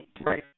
Right